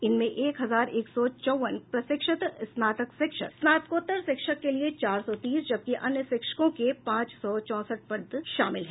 इनमें एक हजार एक सौ चौबन प्रशिक्षित स्नातक शिक्षक स्नाकोत्तर शिक्षक के लिए चार सौ तीस जबकि अन्य शिक्षकों के पांच सौ चौसठ पद शामिल हैं